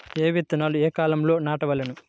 ఏ విత్తనాలు ఏ కాలాలలో నాటవలెను?